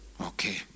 Okay